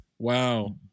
Wow